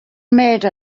made